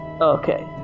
Okay